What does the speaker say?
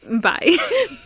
Bye